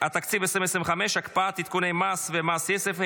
התקציב 2025) (הקפאת עדכוני מס ומס יסף),